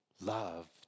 Love